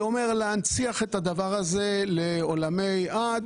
זה אומר להנציח את הדבר הזה לעולמי עד,